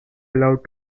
allowed